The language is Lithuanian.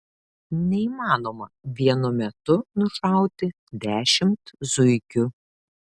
neįmanoma vienu metu nušauti dešimt zuikių